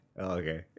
Okay